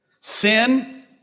Sin